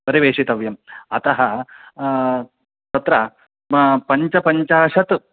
प्रवेशितव्यम् अतः तत्र पञ्चपञ्चाशत्